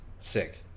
Sick